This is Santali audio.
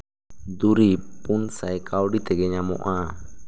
ᱫᱩᱨᱤᱵ ᱯᱩᱱ ᱥᱟᱭ ᱠᱟᱹᱣᱰᱤ ᱛᱮᱜᱮ ᱧᱟᱢᱚᱜᱼᱟ